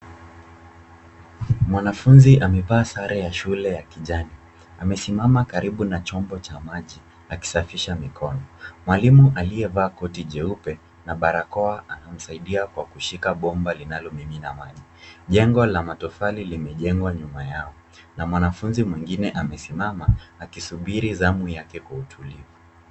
Mwanafunzi ame vaa sare ya shule ya kijani, amesimama karibu na chombo cha maji akisafisha mikono, mwalimu alievaa koti jeupe na barakoa anamsaidia kwa kushika bomba linalo ningiza maji. Jengo la matofali limejengwa nyuma yao na mwanafunzi mwingine amesimama akisubiri zamu iishe.